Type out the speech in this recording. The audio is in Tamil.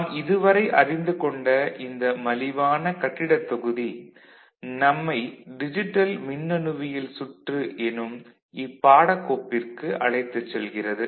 நாம் இதுவரை அறிந்து கொண்ட இந்த மலிவான கட்டிடத் தொகுதி நம்மை டிஜிட்டல் மின்னணுவியல் சுற்று எனும் இப்பாடக்கோப்பிற்கு அழைத்துச் செல்கிறது